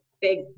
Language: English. big